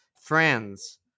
friends